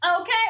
okay